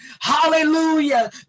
Hallelujah